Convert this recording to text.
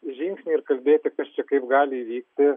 žingsnį ir kalbėti kas čia kaip gali įvykti